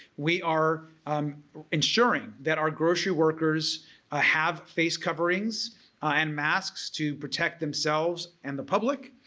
we are um ensuring that our grocery workers ah have face coverings and masks to protect themselves and the public.